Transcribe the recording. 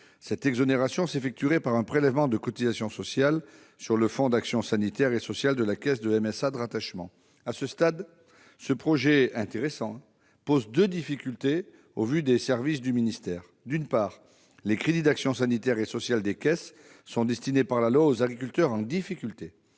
Cette exonération s'effectuerait par un prélèvement de cotisations sociales sur le fonds d'action sanitaire et sociale de la caisse de MSA de rattachement. À ce stade, ce projet intéressant pose deux difficultés aux services du ministère. D'une part, les crédits d'action sanitaire et sociale des caisses sont destinés par la loi aux agriculteurs en difficulté,